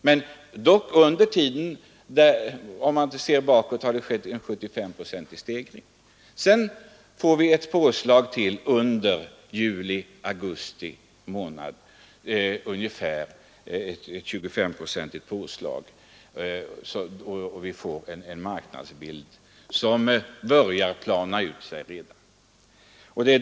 Men om man ser litet bakåt i tiden har det skett en 75-procentig stegring. Sedan fick vi under juli och augusti ett påslag till, på ungefär 25 procent, och då började marknadsbilden klarna.